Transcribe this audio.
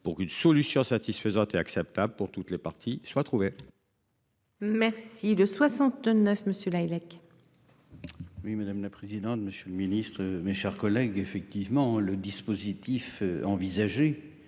pour qu'une solution satisfaisante et acceptable pour toutes les parties soit trouvée. Merci de 69 monsieur Lahellec. Oui madame la présidente, monsieur le ministre, mes chers collègues. Effectivement, le dispositif envisagé